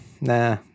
Nah